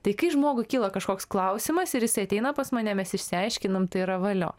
tai kai žmogui kyla kažkoks klausimas ir jisai ateina pas mane mes išsiaiškinam tai yra valio